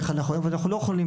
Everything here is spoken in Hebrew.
אבל אנחנו לא יכולים,